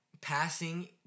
passing